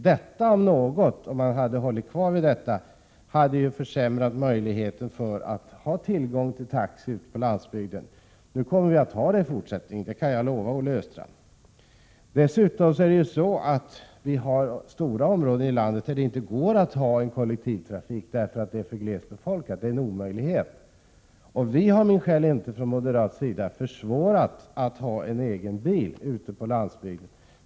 Om man stått fast vid det förslaget, hade detta — om något — försämrat möjligheten att ha tillgång till taxi ute på landsbygden, vilket vi kommer att ha i fortsättningen. Det kan jag lova Olle Östrand. Dessutom finns det stora områden i landet där det är en omöjlighet att bedriva kollektivtrafik, eftersom de är för glest befolkade. Vi har sannerligen inte från moderat håll försvårat för någon att ha en egen bil ute på landsbygden.